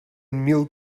mil